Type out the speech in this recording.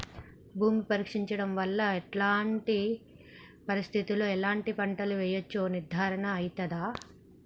భూమి పరీక్ష చేయించడం వల్ల ఎలాంటి పరిస్థితిలో ఎలాంటి పంటలు వేయచ్చో నిర్ధారణ అయితదా?